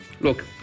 Look